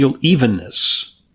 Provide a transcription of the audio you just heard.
evenness